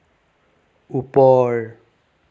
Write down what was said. ওপৰ